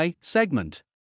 segment